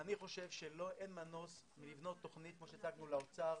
אני חושב שאין מנוס מלבנות תוכנית כפי שהצגנו לאוצר,